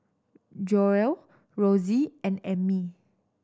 Joelle Rossie and Ammie